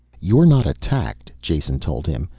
you're not attacked, jason told him,